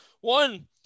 one